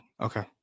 Okay